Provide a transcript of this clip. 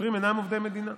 שוטרים אינם עובדי מדינה.